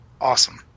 Awesome